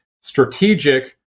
strategic